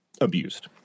abused